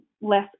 less